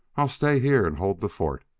i'll stay here and hold the fort.